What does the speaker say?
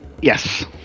Yes